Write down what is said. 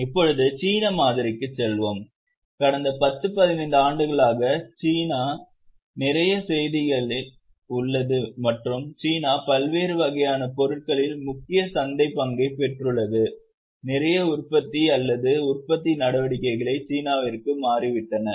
இப்போது சீன மாதிரிக்குச் செல்வோம் கடந்த பத்து பதினைந்து ஆண்டுகளாக சீனா நிறைய செய்திகளில் உள்ளது மற்றும் சீனா பல்வேறு வகையான பொருட்களில் முக்கிய சந்தை பங்கைப் பெற்றுள்ளது நிறைய உற்பத்தி அல்லது உற்பத்தி நடவடிக்கைகள் சீனாவிற்கு மாறிவிட்டன